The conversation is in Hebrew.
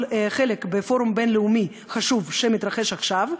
חלק בפורום בין-לאומי חשוב שמתכנס עכשיו,